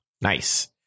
nice